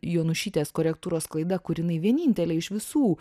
jonušytės korektūros klaida kur jinai vienintelė iš visų